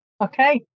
Okay